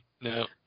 No